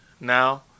Now